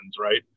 right